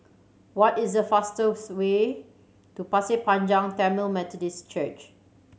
what is the fastest way to Pasir Panjang Tamil Methodist Church